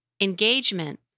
Engagement